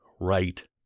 right